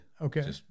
Okay